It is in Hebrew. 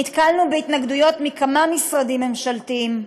נתקלנו בהתנגדויות מכמה משרדים ממשלתיים.